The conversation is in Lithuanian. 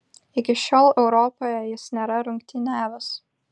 iki šiol europoje jis nėra rungtyniavęs